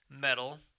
metal